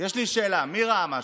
יש לי שאלה: מי ראה משהו?